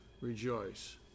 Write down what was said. rejoice